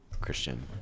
Christian